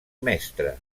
mestre